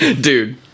Dude